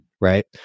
right